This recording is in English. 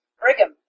Brigham